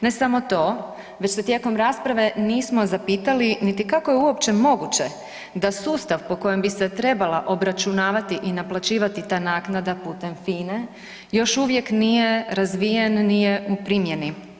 Ne samo to, već se tijekom rasprave nismo zapitali niti kako je uopće moguće da sustav po kojem bi se trebala obračunavati i naplaćivati ta naknada putem FINA-e još uvijek nije razvijen, nije u primjeni.